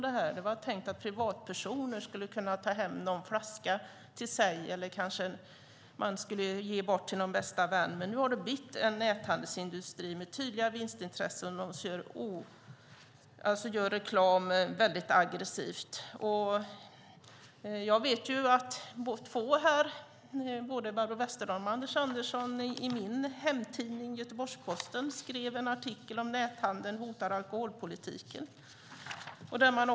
Det var tänkt att privatpersoner skulle kunna ta hem någon flaska till sig eller för att ge till vänner. Men det har blivit en näthandelsindustri med tydliga vinstintressen, och man gör reklam väldigt aggressivt. Jag vet att Barbro Westerholm och Anders Andersson i min hemtidning Göteborgs-Posten skrivit en artikel om näthandel, "Näthandeln hotar alkoholpolitiken".